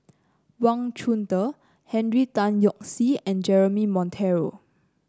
Wang Chunde Henry Tan Yoke See and Jeremy Monteiro